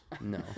No